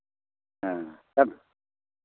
हाँ सब